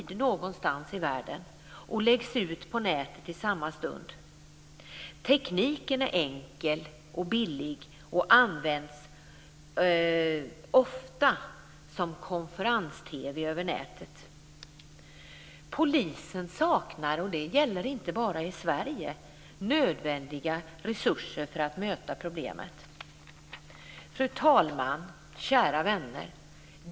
De begås någonstans i världen och läggs ut på nätet i samma stund. Tekniken är enkel och billig och används ofta för konferens-TV över nätet. Polisen saknar, och det gäller inte bara i Sverige, nödvändiga resurser för att möta problemet. Fru talman! Kära vänner!